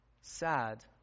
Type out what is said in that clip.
sad